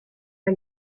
tra